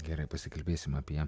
gerai pasikalbėsim apie